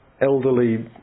elderly